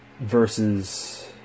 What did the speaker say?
versus